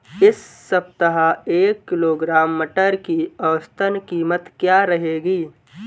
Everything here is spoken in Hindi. इस सप्ताह एक किलोग्राम मटर की औसतन कीमत क्या रहेगी?